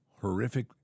horrific